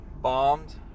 bombed